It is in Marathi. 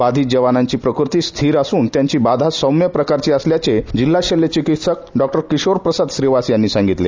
बाधित जवानाची प्रकृती स्थिर असून त्याची बाधा स्वम्य् प्रकारचे असल्याचे जिल्हा शल्यचिकित्सक डॉक्टर किशोर प्रसाद यांनी सांगितले